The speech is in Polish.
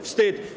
Wstyd!